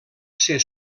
ser